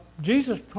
Jesus